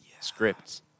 scripts